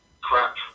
crap